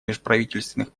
межправительственных